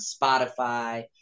Spotify